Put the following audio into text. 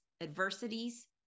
adversities